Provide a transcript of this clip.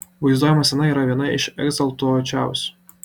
vaizduojama scena yra viena iš egzaltuočiausių